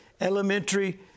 elementary